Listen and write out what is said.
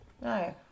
No